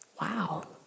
Wow